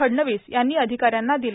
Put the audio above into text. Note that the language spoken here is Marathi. फडणवीस यांनी अधिकाऱ्यांना दिले